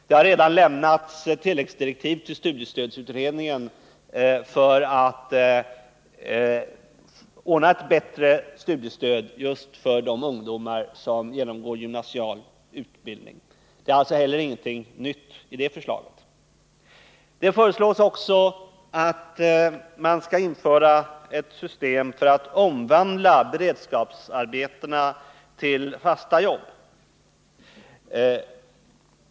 Det har redan lämnats tilläggsdirektiv till studiestödsutredningen i syfte att ordna ett bättre studiestöd just för de ungdomar som genomgår gymnasial utbildning. Det är alltså ingenting nytt i det förslaget heller. Det föreslås också att man skall införa ett system för att omvandla beredskapsarbetena till fasta jobb.